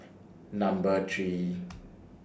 Number three